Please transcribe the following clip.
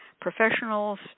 professionals